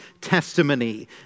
testimony